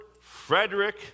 Frederick